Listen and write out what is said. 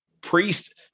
priest